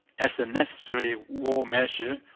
as a necessary war measure,